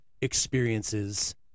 experiences